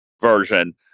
version